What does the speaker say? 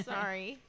Sorry